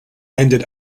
ended